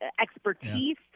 expertise